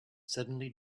suddenly